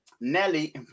Nelly